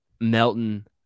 Melton